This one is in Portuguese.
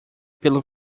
pelo